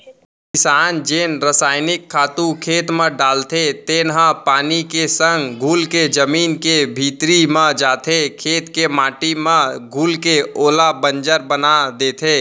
किसान जेन रसइनिक खातू खेत म डालथे तेन ह पानी के संग घुलके जमीन के भीतरी म जाथे, खेत के माटी म घुलके ओला बंजर बना देथे